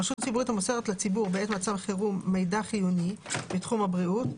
רשות ציבורית המוסרת לציבור בעת מצב חירום מידע חיוני בתחום הבריאות,